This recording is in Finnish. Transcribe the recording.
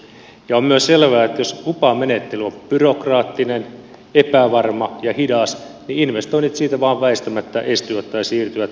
on myös selvää että jos lupamenettely on byrokraattinen epävarma ja hidas niin investoinnit siitä vain väistämättä estyvät tai siirtyvät muualle